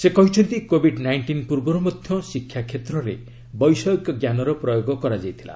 ସେ କହିଛନ୍ତି କୋବିଡ୍ ନାଇଣ୍ଟିନ୍ ପୂର୍ବରୁ ମଧ୍ୟ ଶିକ୍ଷା କ୍ଷେତ୍ରରେ ବୈଷୟିକଜ୍ଞାନର ପ୍ରୟୋଗ କରାଯାଇଥିଲା